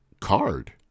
card